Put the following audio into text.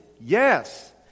yes